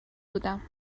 بودم